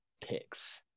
picks